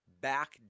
back